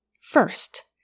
First